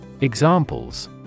Examples